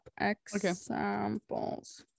Examples